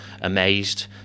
amazed